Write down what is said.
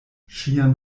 ŝian